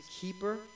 keeper